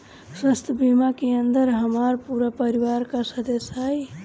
स्वास्थ्य बीमा के अंदर हमार पूरा परिवार का सदस्य आई?